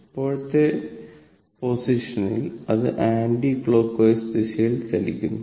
ഇപ്പോഴത്തെ പൊസിഷനിൽ അത് ആന്റി ക്ലോക്ക് വൈസ് ദിശയിൽ ചലിക്കുന്നു